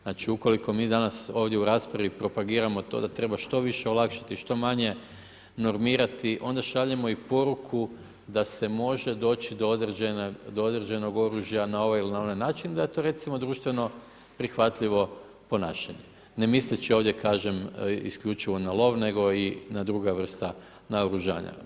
Znači ukoliko mi danas u raspravi propagiramo to da treba što više olakšati što manje normirati onda šaljemo i poruku da se može doći do određenog oružja na ovaj ili onaj način da je to recimo društveno prihvatljivo ponašanje ne misleći ovdje kažem isključivo na lov, nego i na druga vrsta naoružanja.